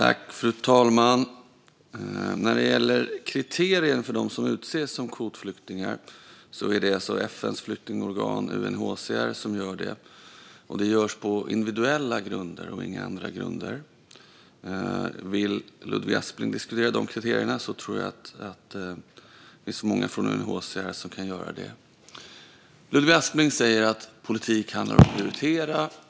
Fru talman! När det gäller kriterier för dem som utses som kvotflyktingar är det FN:s flyktingorgan UNHCR som har fastställt dem. Det görs på individuella grunder och inga andra grunder. Vill Ludvig Aspling diskutera de kriterierna tror jag att det finns många från UNHCR som kan göra det. Ludvig Aspling säger att politik handlar om att prioritera.